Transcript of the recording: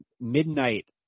midnight